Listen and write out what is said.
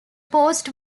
post